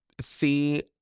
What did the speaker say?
see